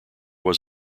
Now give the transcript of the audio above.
was